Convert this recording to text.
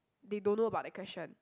they don't know about that question